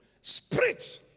spirit